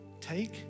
Take